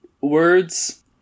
words